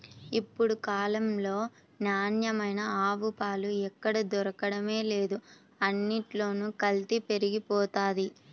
ఇప్పుడు కాలంలో నాణ్యమైన ఆవు పాలు ఎక్కడ దొరకడమే లేదు, అన్నిట్లోనూ కల్తీ పెరిగిపోతంది